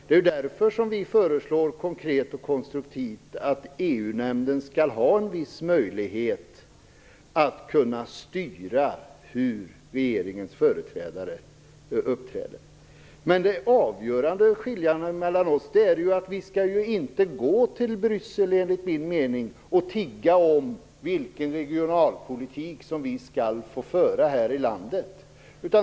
Det är ju därför som vi konkret och konstruktivt föreslår att EU-nämnden skall ha en viss möjlighet att styra hur regeringens representanter skall uppträda. Men den avgörande skillnaden mellan oss är att vi enligt min mening inte skall behöva stå och tigga i Bryssel när det gäller vilken regionalpolitik som vi skall få föra här i landet.